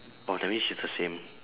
!wah! that means it's the same